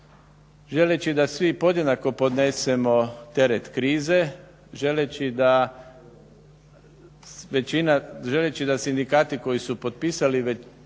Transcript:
želeći da svi podjednako podnesemo teret krize, želeći da sindikati koji su potpisali, većina